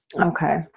Okay